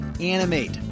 Animate